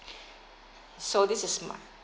so this is my